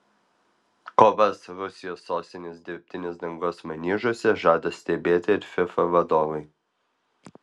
kovas rusijos sostinės dirbtinės dangos maniežuose žada stebėti ir fifa vadovai